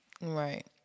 Right